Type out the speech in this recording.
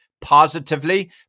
positively